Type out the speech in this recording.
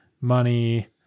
money